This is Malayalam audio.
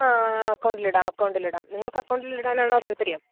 ആ അക്കൗണ്ടിലിടാം അക്കൗണ്ടിലിടാം നിങ്ങൾക്കൗണ്ടിലിടാനാണോ താല്പര്യം